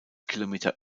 kilometer